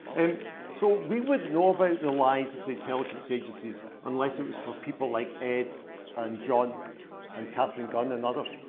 and so we wouldn't know of ah the lies of the intelligence agencies unless it was for people like ed and john and katherine gun and others.